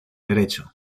derecho